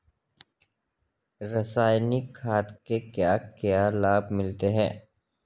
रसायनिक खाद के क्या क्या लाभ मिलते हैं?